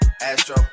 Astro